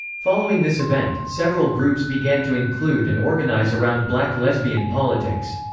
following this event, several groups began to include and organize around black lesbian politics.